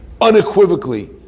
unequivocally